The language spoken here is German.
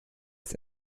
fest